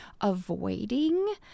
avoiding